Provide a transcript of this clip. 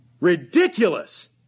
ridiculous